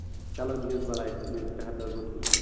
چلو دِیٖہُس بَلاے تُلِو ترٛےٚ ہَتھ دَہ گوٚو ٹھیٖک